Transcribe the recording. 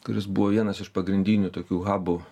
kuris buvo vienas iš pagrindinių tokių habų